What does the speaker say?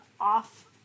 off